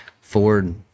Ford